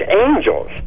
angels